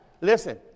Listen